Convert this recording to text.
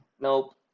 Nope